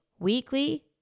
weekly